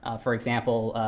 ah for example,